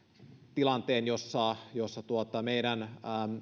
tilanteen jossa jossa meidän